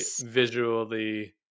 visually